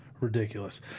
Ridiculous